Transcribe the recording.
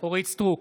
אורית מלכה סטרוק,